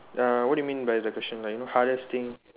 uh what do you mean by the question like you know hardest thing